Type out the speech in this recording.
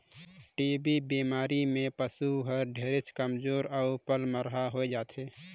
TB बेमारी में पसु हर ढेरे कमजोरहा अउ पलमरहा होय जाथे